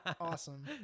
Awesome